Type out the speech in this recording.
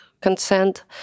consent